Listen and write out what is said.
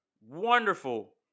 Wonderful